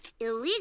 Illegal